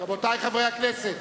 רבותי חברי הכנסת,